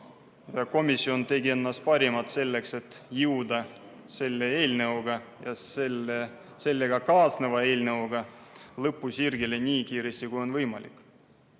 Komisjon tegi endast parima selleks, et jõuda selle eelnõuga ja sellega kaasneva eelnõuga lõpusirgele nii kiiresti, kui on võimalik.